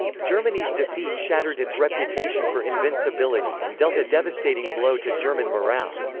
germany's defeat shattered its reputation for invincibility and dealt a devastating blow to german morale.